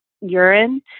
urine